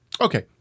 Okay